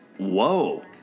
Whoa